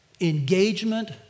engagement